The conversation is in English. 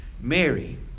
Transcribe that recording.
Mary